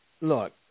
look